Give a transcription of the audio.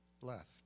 left